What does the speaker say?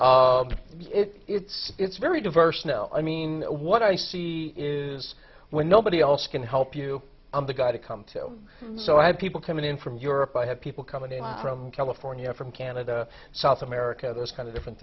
it's it's very diverse now i mean what i see is when nobody else can help you i'm the guy to come to so i have people coming in from europe i have people coming in from california from canada south america those kind of different